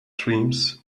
dreams